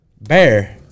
bear